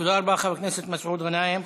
תודה רבה, חבר הכנסת מסעוד גנאים.